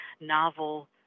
novel